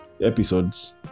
episodes